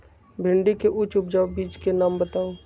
भिंडी के उच्च उपजाऊ बीज के नाम बताऊ?